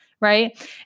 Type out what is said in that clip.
right